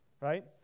right